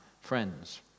friends